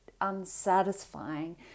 unsatisfying